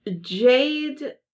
Jade